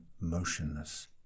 motionless